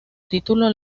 título